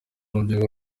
rubyiruko